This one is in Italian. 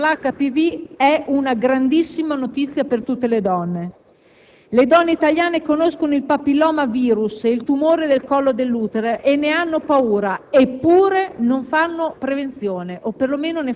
essere colpite da questo tumore le penalizza fortemente. La Regione che ha fatto registrare il maggior numero di ricoveri è la Lombardia, seguita dal Lazio e dall'Emilia-Romagna.